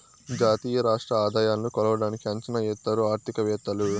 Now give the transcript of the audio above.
జాతీయ రాష్ట్ర ఆదాయాలను కొలవడానికి అంచనా ఎత్తారు ఆర్థికవేత్తలు